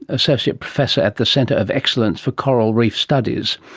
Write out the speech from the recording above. associate professor at the centre of excellence for coral reef studies,